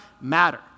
matter